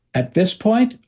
at this point,